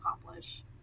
accomplish